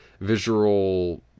visual